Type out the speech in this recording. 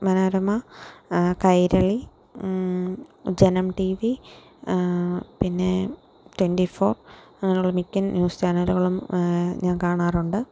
Manorama Kairali Janam T V പിന്നെ twenty four അങ്ങനെ ഉള്ള മിക്ക ന്യൂസ് ചാനലുകളും ഞാൻ കാണാറുണ്ട്